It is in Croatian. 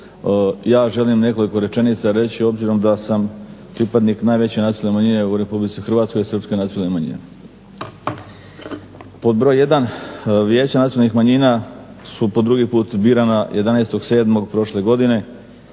Ja želim nekoliko rečenica reći obzirom da sam pripadnik najveće nacionalne manjine u Republici Hrvatskoj Srpske nacionalne manjine. Pod broj jedan, Vijeća nacionalnih manjina su po drugi put birana 11.7. prošle godine